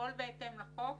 לפעול בהתאם לחוק